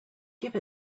give